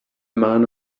man